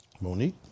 Monique